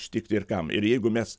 ištikti ir kam ir jeigu mes